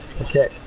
Okay